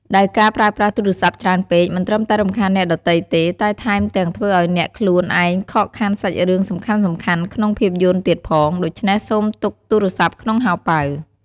ដែលការប្រើប្រាស់ទូរស័ព្ទច្រើនពេក មិនត្រឹមតែរំខានអ្នកដទៃទេ តែថែមទាំងធ្វើឲ្យអ្នកខ្លួនឯងខកខានសាច់រឿងសំខាន់ៗក្នុងភាពយន្តទៀតផង ដូច្នេះសូមទុកទូរស័ព្ទក្នុងហោប៉ៅ។